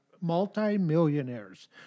multi-millionaires